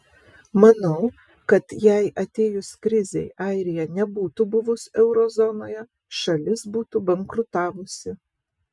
manau kad jei atėjus krizei airija nebūtų buvus euro zonoje šalis būtų bankrutavusi